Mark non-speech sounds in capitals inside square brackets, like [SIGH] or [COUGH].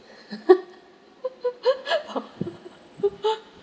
[LAUGHS]